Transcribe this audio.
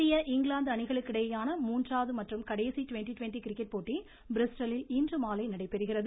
cricket இந்திய England அணிகளுக்கு இடையேயான மூன்றாவது மற்றும் கடைசி ட்வெண்ட்டி ட்வெண்ட் கிரிக்கெட் போட்டி பிரிஸ்டலில் இன்று மாலை நடைபெறுகிறது